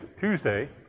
Tuesday